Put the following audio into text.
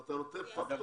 אתה נותן פקטור?